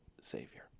Savior